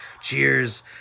Cheers